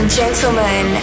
gentlemen